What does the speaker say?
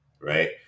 right